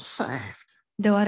saved